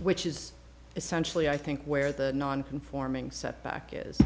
which is essentially i think where the non conforming setback is